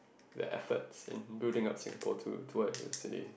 their efforts in building up Singapore to to city